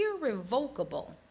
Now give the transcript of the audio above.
irrevocable